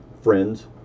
friends